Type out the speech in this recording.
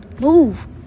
move